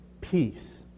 peace